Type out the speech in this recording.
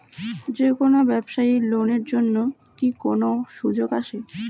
যে কোনো ব্যবসায়ী লোন এর জন্যে কি কোনো সুযোগ আসে?